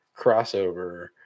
crossover